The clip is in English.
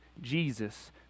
Jesus